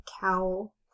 cowl